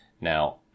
Now